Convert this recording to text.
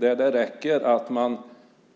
Det räcker att man